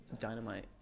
dynamite